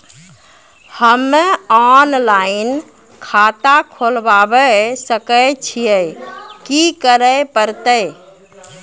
हम्मे ऑफलाइन खाता खोलबावे सकय छियै, की करे परतै?